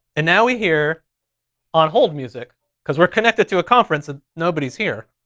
and now we hear on hold music cause we're connected to a conference and nobody's here.